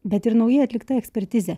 bet ir naujai atlikta ekspertizė